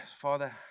Father